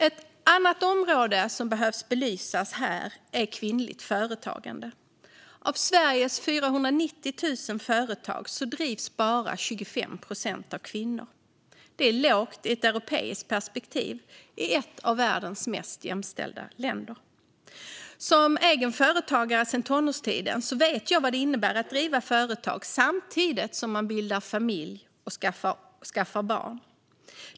Ett annat område som behöver belysas här är kvinnligt företagande. Av Sveriges 490 000 företag drivs bara 25 procent av kvinnor. Det är lågt i ett europeiskt perspektiv i ett av världens mest jämställda länder. Som egen företagare sedan tonårstiden vet jag vad det innebär att driva företag samtidigt som man bildar familj och skaffar barn.